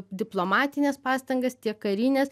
diplomatines pastangas tiek karines